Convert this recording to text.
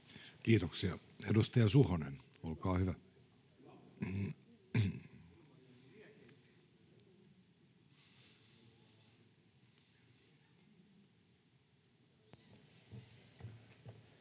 Kiitoksia. — Edustaja Suhonen, olkaa hyvä.